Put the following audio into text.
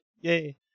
yay